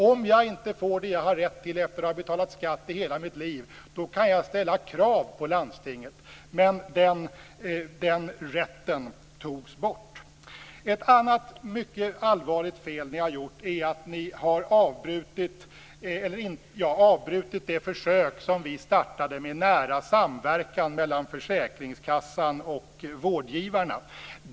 Om jag inte får det jag har rätt till efter att ha betalat skatt i hela mitt liv, kan jag ställa krav på landstinget. Men den rätten togs bort. Ett annat mycket allvarligt fel ni har gjort är att ni har avbrutit det försök som vi startade med nära samverkan mellan försäkringskassan och vårdgivarna.